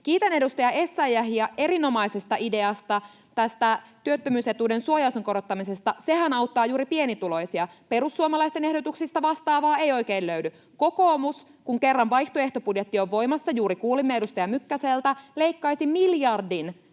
Kiitän edustaja Essayahia erinomaisesta ideasta, tästä työttömyysetuuden suojaosan korottamisesta. Sehän auttaa juuri pienituloisia. Perussuomalaisten ehdotuksista vastaavaa ei oikein löydy. Kokoomus, kun kerran vaihtoehtobudjetti on voimassa — juuri kuulimme edustaja Mykkäseltä — leikkaisi miljardin